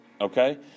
okay